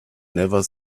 never